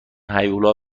هیولا